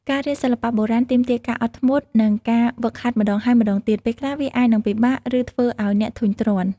ការរៀនសិល្បៈបុរាណទាមទារការអត់ធ្មត់ និងការហ្វឹកហាត់ម្តងហើយម្តងទៀត ពេលខ្លះវាអាចនឹងពិបាក ឬធ្វើឱ្យអ្នកធុញទ្រាន់។